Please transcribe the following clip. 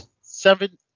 Seven